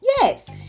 Yes